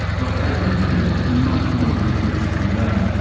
but i do think there's much more research to be done.